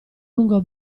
lungo